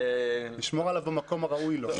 לשמור עליו במקום הראוי לו.